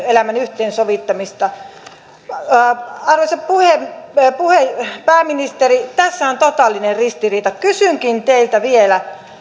elämän yhteensovittamista arvoisa pääministeri tässä on totaalinen ristiriita kysynkin teiltä vielä